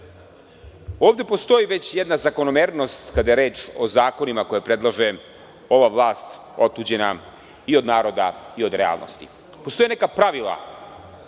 ovde postoji već jedna zakonomernost kada je reč o zakonima koje predlaže ova vlast, otuđena i od naroda i od realnosti. Postoje neka pravila